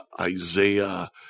isaiah